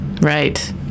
Right